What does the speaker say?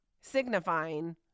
signifying